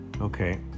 Okay